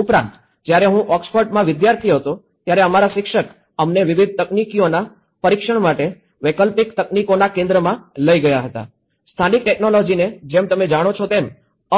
ઉપરાંત જ્યારે હું ઓક્સફર્ડ માં વિદ્યાર્થી હતો ત્યારે અમારા શિક્ષક અમને વિવિધ તકનીકીઓના પરીક્ષણ માટે વૈકલ્પિક તકનીકોનાં કેન્દ્રમાં લઈ ગયા હતા સ્થાનિક ટેકનોલોજીને જેમ તમે જાણો છો તેમ